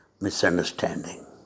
misunderstanding